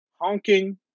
honking